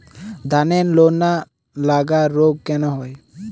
ধানের লোনা লাগা রোগ কেন হয়?